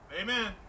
Amen